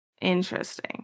Interesting